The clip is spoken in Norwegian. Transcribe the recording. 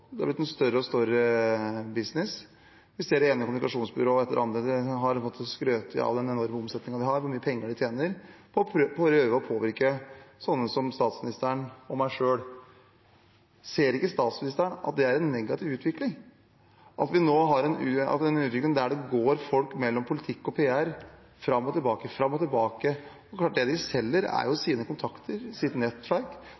blitt en større og større business, at det ene kommunikasjonsbyrået etter det andre har gått og skrytt av den enorme omsetningen de har, hvor mye penger de tjener på å prøve å påvirke sånne som statsministeren og meg selv, ser ikke statsministeren at det er en negativ utvikling, en utvikling der folk går mellom politikk og PR – fram og tilbake, fram og tilbake? Det er klart at det de selger, er